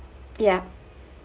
yeah